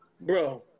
bro